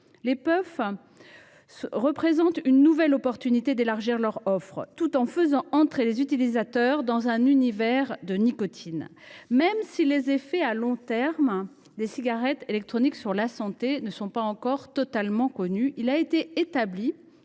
les puffs représentent une nouvelle occasion d’élargir leur offre, tout en faisant entrer les utilisateurs dans l’univers de la nicotine. Même si les effets à long terme des cigarettes électroniques sur la santé ne sont pas encore totalement connus, il a été établi